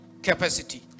capacity